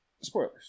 Spoilers